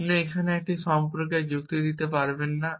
আপনি এখানে এটি সম্পর্কে যুক্তি দিতে পারবেন না